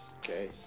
Okay